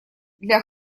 для